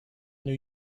new